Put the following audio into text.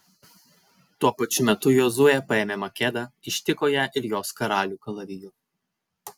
tuo pačiu metu jozuė paėmė makedą ištiko ją ir jos karalių kalaviju